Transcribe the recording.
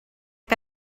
que